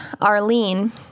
Arlene